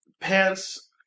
Pants